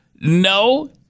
No